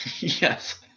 Yes